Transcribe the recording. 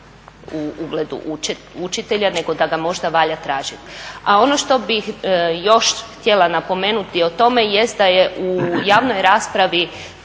učitelja, nego da ga možda valja tražiti. A ono što bih još htjela napomenuti o tome jest da je u javnoj raspravi